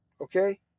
Okay